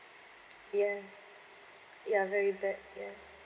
yes ya very bad yes